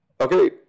Okay